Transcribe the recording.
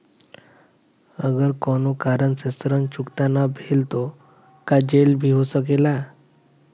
अगर कौनो कारण से ऋण चुकता न भेल तो का जेल भी हो सकेला?